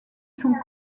sont